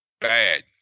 bad